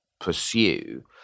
pursue